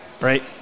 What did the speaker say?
right